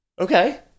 Okay